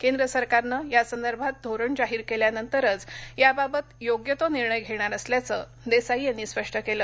केंद्र सरकारनं यासंदर्भात धोरण जाहीर केल्यानंतरच याबाबत योग्य तो निर्णय घेणार असल्याचं देसाई यांनी स्पष्ट केलं